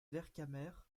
vercamer